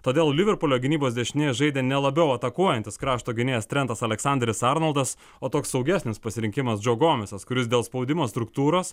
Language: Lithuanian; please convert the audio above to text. todėl liverpulio gynybos dešinėje žaidė ne labiau atakuojantis krašto gynėjas trentas aleksanderis arnoldas o toks saugesnis pasirinkimas džo gomezas kuris dėl spaudimo struktūros